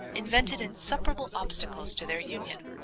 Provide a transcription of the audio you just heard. invented insuperable obstacles to their union,